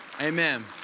Amen